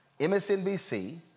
MSNBC